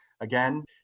Again